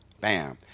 Bam